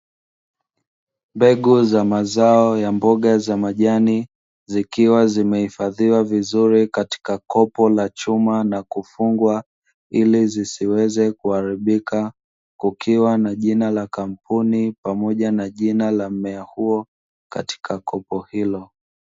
Mbegu za mazao ya mboga za majani zikiwa zimehifadhiwa vizuri katika kopo la chuma na kufungwa, ili zisiweze kuharibika kukiwa na jina la kampuni pamoja na jina la mmea huo katika kopo hilo.